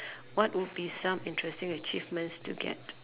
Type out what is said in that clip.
what would be some interesting achievements to get